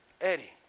Eddie